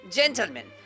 gentlemen